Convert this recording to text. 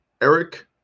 Eric